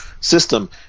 system